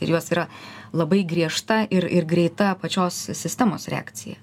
ir jos yra labai griežta ir ir greita pačios sistemos reakcija